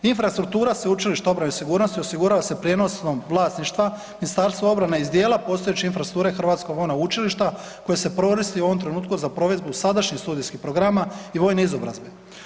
Infrastruktura Sveučilišta obrane i sigurnosti osigurava se prijenosom vlasništva MORH-a iz djela postojeće infrastrukture Hrvatskog vojnog učilišta koje se koristi u ovom trenutku za provedbu sadašnjih studijskih programa i vojne izobrazbe.